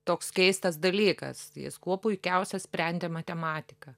toks keistas dalykas jis kuo puikiausia sprendė matematiką